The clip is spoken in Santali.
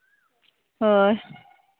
ᱦᱳᱭ